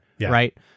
Right